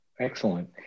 Excellent